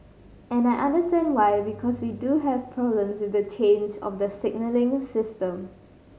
and I understand why because we do have problems with the change of the signalling system